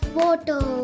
water